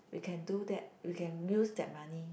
we can do that we can use that money